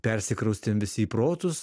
persikraustėm visi į protus